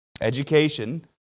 Education